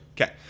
okay